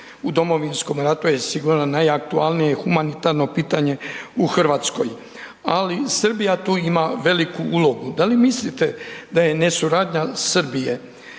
u Domovinskom ratu, je sigurno najaktualnije i humanitarno pitanje u Hrvatskoj, ali Srbija tu ima veliku ulogu. Da li mislite da je nesuradnja Srbije,